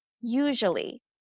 usually